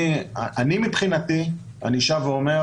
אני שב ואומר